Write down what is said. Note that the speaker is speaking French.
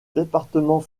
département